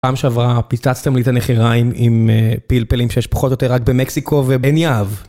פעם שעברה פיצצתם לי את הנחיריים עם פלפלים שיש פחות או יותר רק במקסיקו ובעין יהב.